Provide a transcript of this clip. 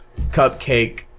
Cupcake